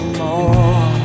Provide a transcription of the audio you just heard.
more